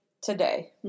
today